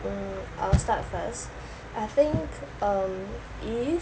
uh I'll start first I think um if